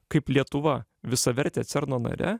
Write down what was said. kaip lietuva visaverte cerno nare